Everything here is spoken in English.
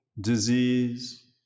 disease